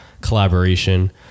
collaboration